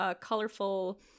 colorful